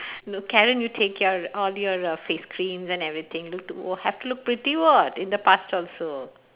no Karen you take care of all your uh face creams and everything look to have to look pretty [what] in the past also